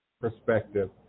perspective